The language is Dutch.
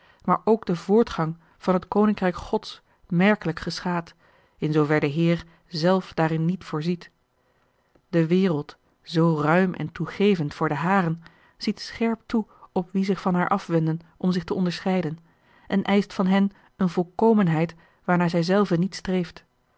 maar ook de voortgang van het koninkrijk gods merkelijk geschaad in zoover de heer zelf daarin niet voorziet de wereld zoo ruim en toegevend voor de haren ziet scherp toe op wie zich van haar afwenden om zich te onderscheiden en eischt van hen eene volkomenheid waarnaar zij zelve niet streeft